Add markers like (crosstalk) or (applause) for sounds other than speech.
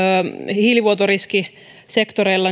hiilivuotoriskisektoreiden (unintelligible)